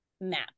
map